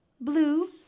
blue